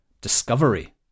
discovery